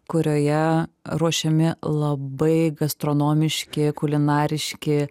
kurioje ruošiami labai gastronomiški kulinariški